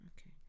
Okay